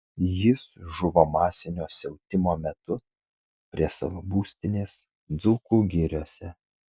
jis žuvo masinio siautimo metu prie savo būstinės dzūkų giriose